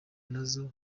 nazo